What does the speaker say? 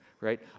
right